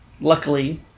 luckily